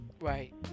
Right